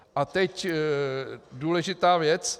A teď důležitá věc.